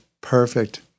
Perfect